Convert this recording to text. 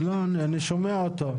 אני שומע אותו.